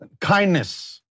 Kindness